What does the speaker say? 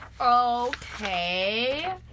Okay